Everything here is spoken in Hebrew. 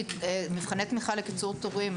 מבחני תמיכה לקיצור תורים,